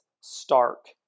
Stark